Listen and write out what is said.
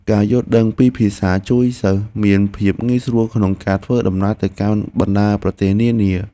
ការយល់ដឹងពីភាសាជួយឱ្យសិស្សមានភាពងាយស្រួលក្នុងការធ្វើដំណើរទៅកាន់បណ្តាប្រទេសនានា។